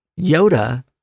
Yoda